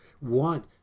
want